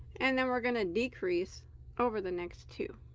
and then we're going to decrease over the next two